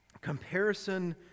Comparison